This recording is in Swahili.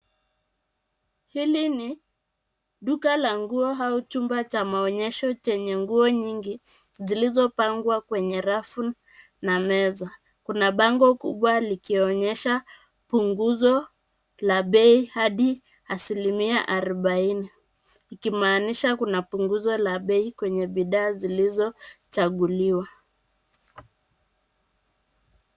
Hili ni duka la nguo au chumba cha maonyesho chenye nguo nyingi zilizopangwa kwenye rafu na meza ,kuna bango kubwa likionyesha punguzo la bei hadi asilimia arubaini ikimaanisha kuna punguzo la bei kwenye bidhaa zilizochaguliwa.